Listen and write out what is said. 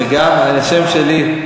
שגם את השם שלי,